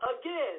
again